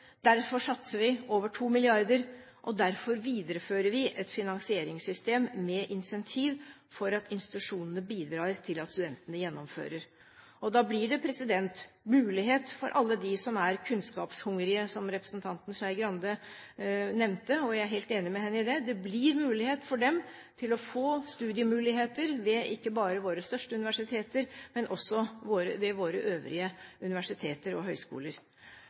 derfor satser vi over 2 mrd. kr, og derfor viderefører vi et finansieringssystem med incentiv for at institusjonene bidrar til at studentene gjennomfører. Da blir det mulighet for alle dem som er kunnskapshungrige – som representanten Skei Grande nevnte, og jeg er helt enig med henne i det – til å få studiemuligheter ved ikke bare våre største universiteter, men også ved våre øvrige universiteter og høyskoler.